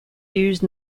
used